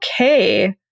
okay